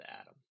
Adam